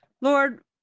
Lord